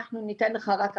אנחנו ניתן לך רק עכשיו.